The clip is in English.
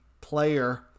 player